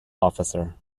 officer